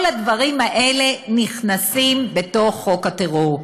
כל הדברים האלה נכנסים בתוך חוק הטרור.